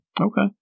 Okay